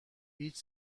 هیچ